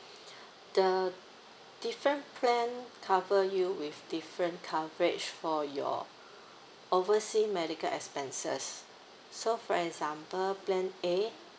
the different plan cover you with different coverage for your oversea medical expenses so for example plan A